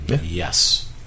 Yes